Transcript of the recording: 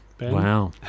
Wow